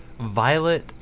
Violet